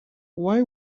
why